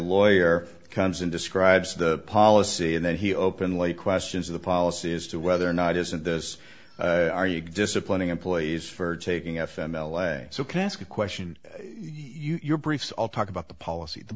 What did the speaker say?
lawyer comes in describes the policy and then he openly questions the policy as to whether or not isn't this are you disciplining employees for taking f m l a so can i ask a question you're briefs all talk about the policy the